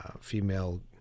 female